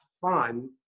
fun